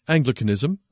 Anglicanism